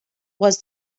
was